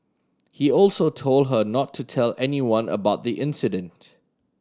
he also told her not to tell anyone about the incident